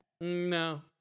No